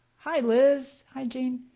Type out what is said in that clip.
hi liz, hi jane.